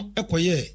ekoye